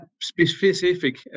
specific